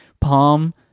palm